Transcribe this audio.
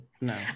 No